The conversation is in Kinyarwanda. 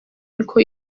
niko